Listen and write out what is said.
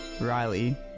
Riley